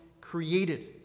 created